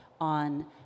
on